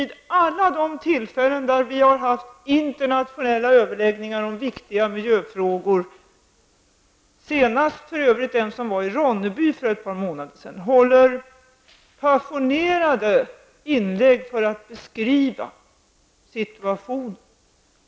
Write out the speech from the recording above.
Dessa ögonvittnen har vid alla internationella överläggningar om viktiga miljöfrågor -- senast den i Ronneby för ett par månader sedan -- hållit passionerade inlägg för att beskriva situationen.